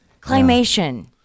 Climation